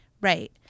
Right